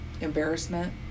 embarrassment